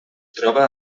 troba